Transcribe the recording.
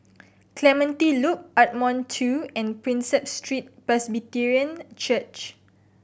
Clementi Loop Ardmore Two and Prinsep Street Presbyterian Church